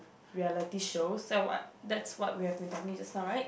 reality shows that what that's what we have been talking just now right